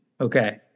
Okay